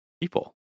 people